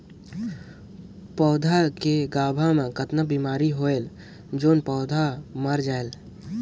पौधा के गाभा मै कतना बिमारी होयल जोन पौधा मर जायेल?